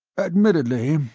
admittedly,